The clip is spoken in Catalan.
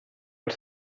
els